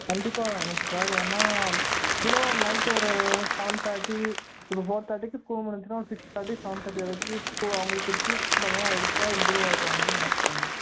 கண்டிப்பாக வேணும் சார் ஏன்னால் பிலோ நைட்டு ஒரு சவன் தேர்ட்டி இப்போ ஃபோர் தேர்ட்டிக்கு ஸ்கூல் முடிஞ்சிச்சுன்னா ஒரு சிக்ஸ் தேர்ட்டி சவன் தேர்ட்டி வரைக்கும் ஸோ அவங்களுக்கு ட்யூஷன் தனியாக எடுத்தால் இம்ப்ரூவ் ஆகிருவாங்கன்னு எனக்கு தோணுது